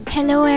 Hello